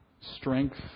strength